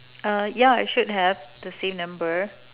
uh yeah it should have the same number